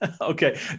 Okay